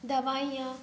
दवाइयाँ